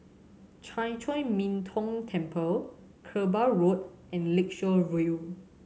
Chan Chor Min Tong Temple Kerbau Road and Lakeshore View